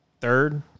third